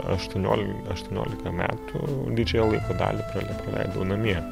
aštuoniolika aštuoniolika metų didžiąją laiko dalį pra praleidau namie